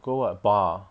go what bar